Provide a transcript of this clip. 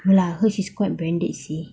no lah hers is quite branded seh